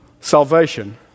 salvation